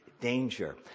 danger